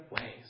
ways